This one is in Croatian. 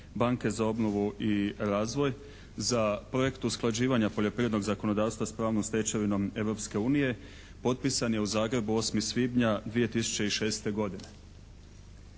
banke za obnovu i razvoj za projekt usklađivanja poljoprivrednog zakonodavstva s pravnom stečevinom Europske unije potpisan je u Zagrebu 8. svibnja 2006. godine.